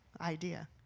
idea